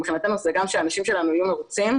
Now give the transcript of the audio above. מבחינתנו זה גם שהאנשים שלנו יהיו מרוצים,